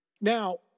Now